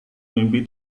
mimpi